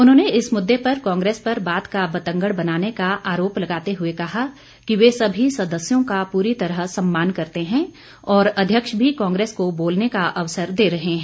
उन्होंने इस मुददे पर कांग्रेस पर बात का बतंगड़ बनाने का अरोप लगाते हुए कहा कि वे सभी सदस्यों का पूरी तरह सम्मान करते हैं और अध्यक्ष भी कांग्रेस को बोलने का अवसर दे रहे हैं